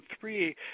three